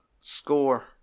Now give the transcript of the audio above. score